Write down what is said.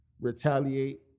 retaliate